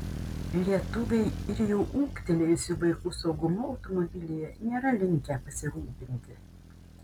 lietuviai ir jau ūgtelėjusių vaikų saugumu automobilyje nėra linkę pasirūpinti